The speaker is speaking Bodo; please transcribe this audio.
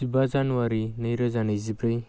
जिबा जानुवारि नैरोजा नैजिब्रै